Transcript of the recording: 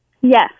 Yes